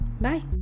Bye